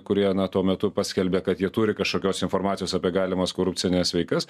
kurie tuo metu paskelbė kad jie turi kažkokios informacijos apie galimas korupcines veikas